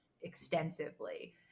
extensively